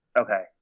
Okay